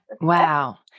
Wow